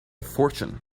fortune